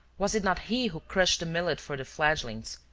was it not he who crushed the millet for the fledglings,